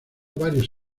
varios